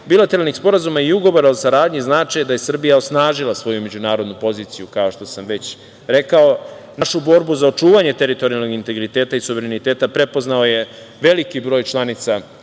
bilateralnih sporazuma i ugovora o saradnji znače da je Srbija osnažila svoju međunarodnu poziciju, kao što sam već rekao. Našu borbu za očuvanje teritorijalnog integriteta i suvereniteta prepoznao je veliki broj članica